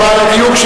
למען הדיוק,